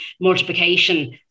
multiplication